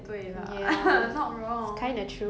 but kendall 很 natural though her sister